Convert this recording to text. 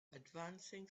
advancing